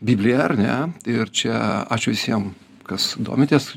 bibliją ar ne ir čia aš visiem kas domitės